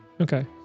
Okay